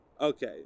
Okay